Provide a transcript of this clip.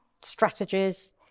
strategies